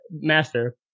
Master